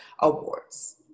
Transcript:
Awards